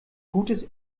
gutes